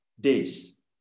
days